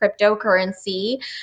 cryptocurrency